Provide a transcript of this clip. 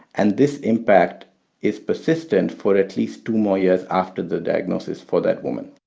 and this impact is persistent for at least two more years after the diagnosis for that woman.